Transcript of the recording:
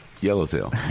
Yellowtail